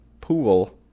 pool